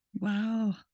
Wow